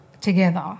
together